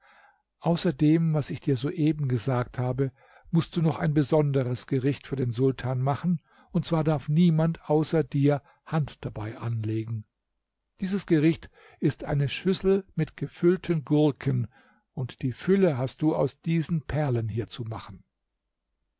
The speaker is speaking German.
dem was ich dir soeben gesagt habe mußt du noch ein besonderes gericht für den sultan machen und zwar darf niemand außer dir hand dabei anlegen dieses gericht ist eine schüssel mit gefüllten gurken und die fülle hast du aus diesen perlen hier zu machen